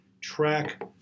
track